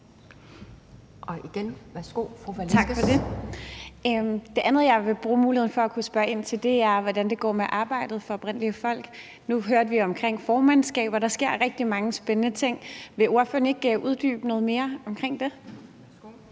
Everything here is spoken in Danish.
Victoria Velasquez (EL): Tak for det. Det andet, jeg vil bruge muligheden for at spørge ind til, er, hvordan det går med arbejdet for oprindelige folk. Nu hørte vi om formandskaber. Der sker rigtig mange spændende ting. Vil ordføreren ikke uddybe det noget mere?